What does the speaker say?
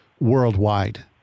worldwide